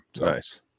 Nice